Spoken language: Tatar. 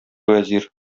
вәзир